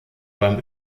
beim